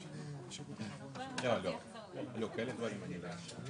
כן נגיש פניות, בדומה למה שהיה בשבוע שעבר, שזה